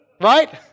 Right